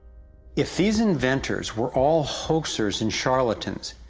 if these inventors were all hoaxers and charlatans,